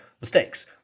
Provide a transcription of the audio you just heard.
mistakes